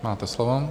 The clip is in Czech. Máte slovo.